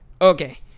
Okay